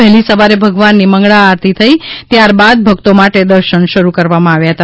વહેલી સવારે ભગવાનની મંગળા આરતી થઇ ત્યારબાદ ભક્તો માટે દર્શન શરૂ કરવામાં આવ્યા હતા